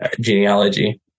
genealogy